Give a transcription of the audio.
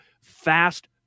fast